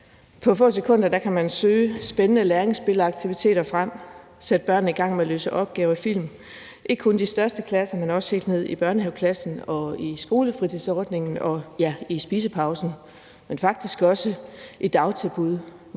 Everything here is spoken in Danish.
På få sekunder kan man søge spændende læringsspil og aktiviteter frem og sætte børnene i gang med at løse opgaver i forbindelse med film, ikke kun i de største klasser, men også helt ned i børnehaveklassen og i skolefritidsordningen – også i spisepausen. Det gælder faktisk også i dagtilbud,